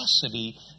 capacity